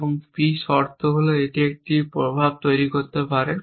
এবং p শর্ত হল এটি একটি প্রভাব তৈরি করতে পারে